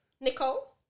Nicole